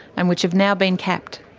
and which have now been capped.